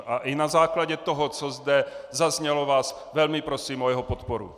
A i na základě toho, co zde zaznělo, vás velmi prosím o jeho podporu.